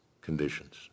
conditions